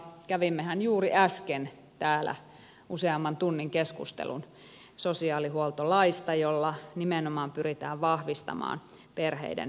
kävimmehän juuri äsken täällä useamman tunnin keskustelun sosiaalihuoltolaista jolla nimenomaan pyritään vahvistamaan perheiden tilannetta